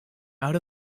out